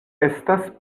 estas